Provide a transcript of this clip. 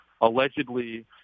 allegedly